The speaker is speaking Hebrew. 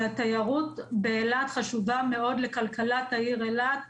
והתיירות באילת חשובה מאוד לכלכלת העיר אילת.